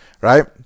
Right